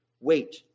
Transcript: Wait